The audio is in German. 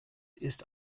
ist